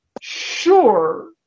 sure